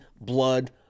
blood